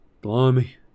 Blimey